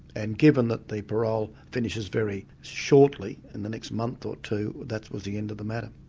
and given that the parole finishes very shortly, in the next month or two, that was the end of the matter.